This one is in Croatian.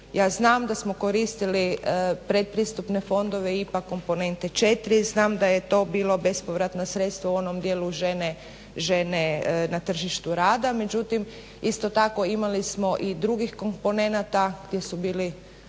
ja znam da smo koristili predpristupne fondove IPA komponente 4, znam da je to bilo bespovratna sredstva u onom dijelu žene na tržištu rada, međtuim isto tako imali smo i drugih komponenata gdje su bili